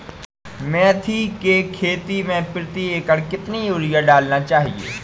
मेथी के खेती में प्रति एकड़ कितनी यूरिया डालना चाहिए?